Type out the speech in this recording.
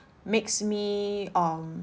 makes me um